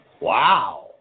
Wow